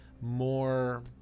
more